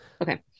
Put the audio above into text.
Okay